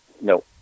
No